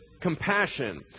compassion